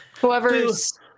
Whoever's